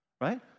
right